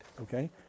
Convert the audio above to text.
Okay